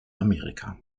amerika